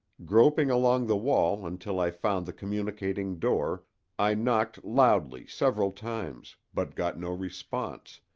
groping along the wall until i found the communicating door i knocked loudly several times, but got no response,